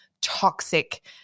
toxic